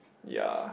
ya